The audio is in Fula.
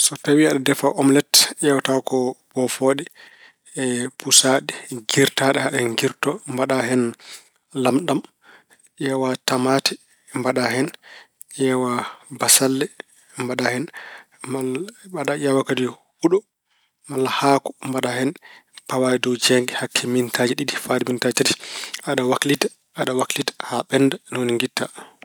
So tawi aɗa defa omlet, ƴeewate ko bofooɗe. pusaaɗe, ngiirtaaɗe haa ɗe ngiirto. Mbaɗa hen lamɗam. Ƴeewa tamaate, mbaɗa hen. Ƴeewa bassalle, mbaɗa hen mal- ƴeewa kadi huɗo malla haako, mbaɗa hen. Pawa e dow jeeynge hakke mintaaji ɗiɗi fayde mintaaji tati. Aɗa waklita, aɗa waklita, ni woni haa ɓennda, ngitta.